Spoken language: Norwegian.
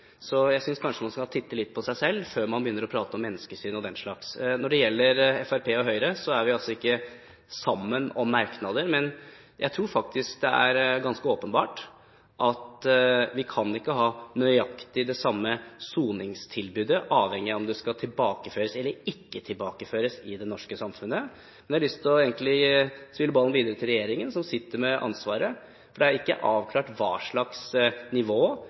Så jeg synes kanskje man skal titte litt på seg selv før man begynner å prate om menneskesyn og den slags. Når det gjelder Fremskrittspartiet og Høyre, er vi ikke sammen om merknader. Men jeg tror faktisk det er ganske åpenbart at vi ikke kan ha nøyaktig det samme soningstilbudet. Det vil avhenge av om du skal tilbakeføres til det norske samfunnet eller ikke. Men jeg har lyst til å spille ballen videre til regjeringen, som sitter med ansvaret, for det er ikke avklart hva slags nivå